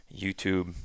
YouTube